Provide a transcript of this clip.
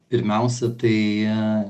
pirmiausia tai